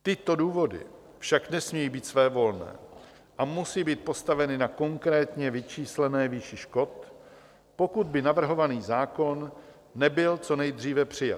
Tyto důvody však nesmějí být svévolné a musí být postaveny na konkrétně vyčíslené výši škod, pokud by navrhovaný zákon nebyl co nejdříve přijat.